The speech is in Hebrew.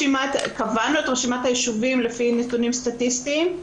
קבענו את רשימת הישובים לפי נתונים סטטיסטים.